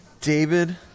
David